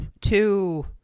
two